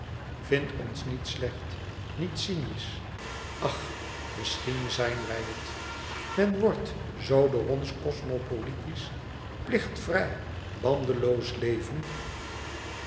vind ons niet slecht niet cynisch ach misschien zijn wij het men wordt zoo door ons cosmopolitisch plichtvrij bandenloos leven